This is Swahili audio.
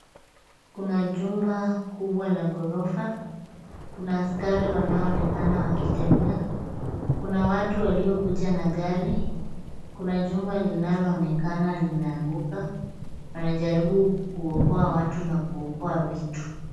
Kuna jumba kubwa la ghorofa. Kuna askari wanao onekana wakitembea. Kuna watu waliokuja na gari. Kuna jumba linalo onekana limeanguka. Wanajaribu kuokoa watu na kuokoa vitu.